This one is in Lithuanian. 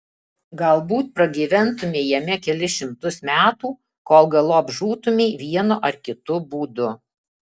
galbūt pragyventumei jame kelis šimtus metų kol galop žūtumei vienu ar kitu būdu